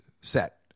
set